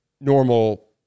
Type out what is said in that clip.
normal